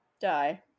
die